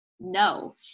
No